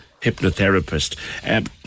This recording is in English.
hypnotherapist